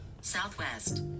Southwest